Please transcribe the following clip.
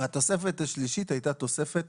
והתוספת השלישית הייתה תוספת